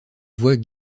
voit